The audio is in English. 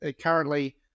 currently